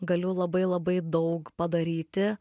galiu labai labai daug padaryti